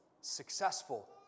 successful